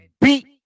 beat